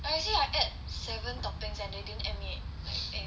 I see I add seven toppings and they didn't add anything